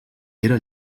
era